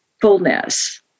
fullness